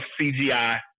CGI